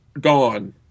gone